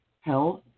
health